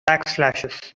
backslashes